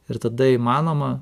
ir tada įmanoma